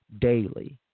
daily